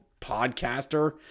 podcaster